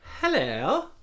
hello